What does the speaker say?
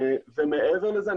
מעבר לזה,